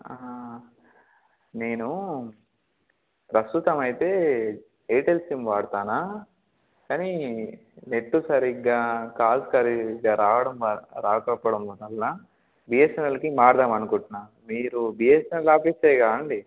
నేను ప్రస్తుతం అయితే ఎయిర్టెల్ సిమ్ వాడుతున్నాను కానీ నెట్టు సరిగ్గా కాల్ సరిగ్గా రావడం రాకపోవడం వల్ల వలన బిఎస్ఎన్ఎల్కి మారదాం అనుకుంటున్నాను మీరు బిఎస్ఎన్ఎల్ ఆఫీసే కదాండీ